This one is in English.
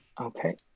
Okay